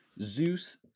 Zeus